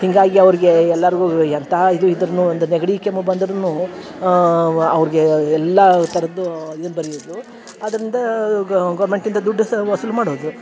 ಹೀಗಾಗಿ ಅವ್ರ್ಗೇ ಎಲ್ಲಾರಿಗೂ ಎಂತಹ ಇದು ಇದ್ರುನು ಒಂದ್ ನೆಗಡಿ ಕೆಮ್ಮು ಬಂದ್ರುನೂ ವ ಅವ್ರ್ಗೆಎಲ್ಲಾ ತರದ್ದೂ ಇದನ್ ಬರಿಯುದು ಅದ್ರಿಂದಾ ಗೌರ್ಮೆಂಟ್ ಇಂದ ದುಡ್ ಸ ವಸೂಲ್ ಮಾಡೋದು